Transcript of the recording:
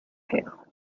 pail